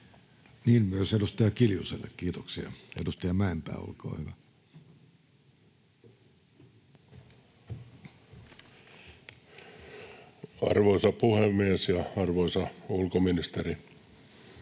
Niin myös edustaja Kiljuselle, kiitoksia. — Edustaja Mäenpää, olkaa hyvä. Arvoisa puhemies ja arvoisa ulkoministeri!